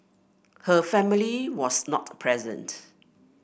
her family was not present